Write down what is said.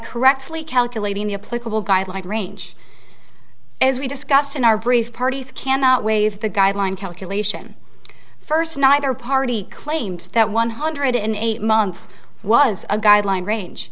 correctly calculating the a political guideline range as we discussed in our brief parties cannot wave the guideline calculation first neither party claimed that one hundred in eight months was a guideline range